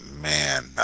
Man